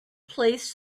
place